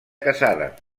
casada